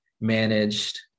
managed